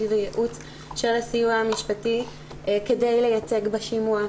וייעוץ של הסיוע המשפטי כדי לייצג בשימוע,